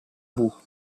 bout